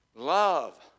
Love